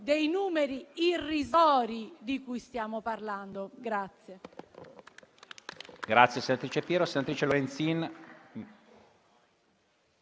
dei numeri irrisori di cui stiamo parlando.